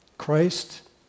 Christ